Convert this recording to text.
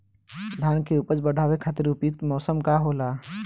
धान के उपज बढ़ावे खातिर उपयुक्त मौसम का होला?